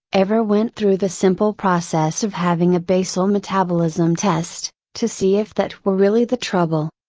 ever went through the simple process of having a basal metabolism test, to see if that were really the trouble?